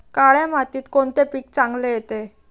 काळ्या मातीत कोणते पीक चांगले येते?